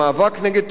איננו מעוניינים,